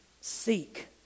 seek